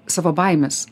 savo baimės